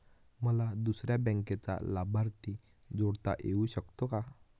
मला दुसऱ्या बँकेचा लाभार्थी जोडता येऊ शकतो का?